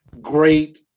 great